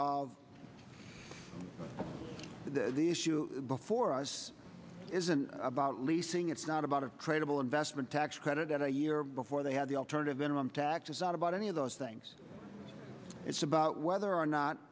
of the issue before us isn't about leasing it's not about of credible investment tax credit at a year before they have the alternative minimum tax it's not about any of those things it's about whether or not